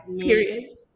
Period